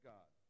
God